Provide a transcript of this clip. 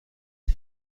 این